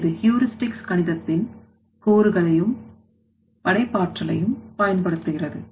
இது கணிதத்தின் கூறுகளையும் படைப்பாற்றலையும் பயன்படுத்துகிறது